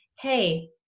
hey